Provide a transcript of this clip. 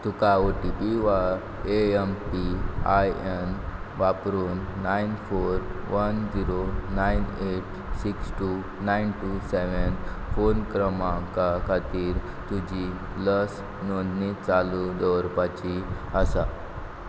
तुका O T P वा A M P I N वापरून nine four one zero nine eight six two nine two seven phone क्रमांका खातीर तुजी लस नोंदणी चालू दवरपाची आसा